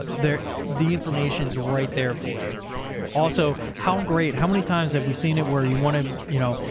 ah there, the information's right there for you also. how great, how many times have we seen it, where you want to, you know,